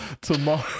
tomorrow